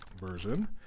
version